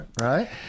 right